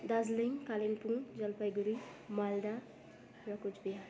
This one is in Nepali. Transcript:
दार्जिलिङ कालिम्पोङ जलपाइगुडी मालदा र कुचबिहार